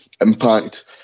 Impact